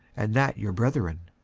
and that your brethren.